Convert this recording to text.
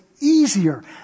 easier